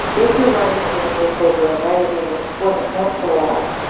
if you're writing within a newspaper or a magazine, it wasn't meant to last,